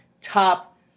top